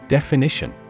Definition